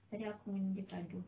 tadi aku dengan dia gaduh